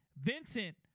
Vincent